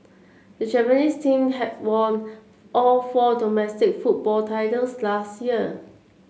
the Japanese team had won all four domestic football titles last year